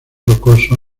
rocosos